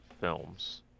films